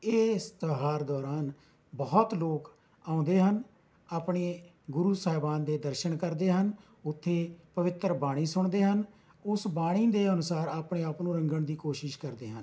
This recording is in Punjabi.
ਇਸ ਤਿਉਹਾਰ ਦੌਰਾਨ ਬਹੁਤ ਲੋਕ ਆਉਂਦੇ ਹਨ ਆਪਣੇ ਗੁਰੂ ਸਾਹਿਬਾਨ ਦੇ ਦਰਸ਼ਨ ਕਰਦੇ ਹਨ ਉੱਥੇ ਪਵਿੱਤਰ ਬਾਣੀ ਸੁਣਦੇ ਹਨ ਉਸ ਬਾਣੀ ਦੇ ਅਨੁਸਾਰ ਆਪਣੇ ਆਪ ਨੂੰ ਰੰਗਣ ਦੀ ਕੋਸ਼ਿਸ਼ ਕਰਦੇ ਹਨ